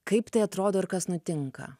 kaip tai atrodo ir kas nutinka